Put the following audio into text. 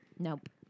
Nope